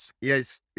yes